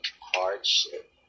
hardship